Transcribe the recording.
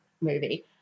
movie